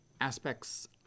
aspects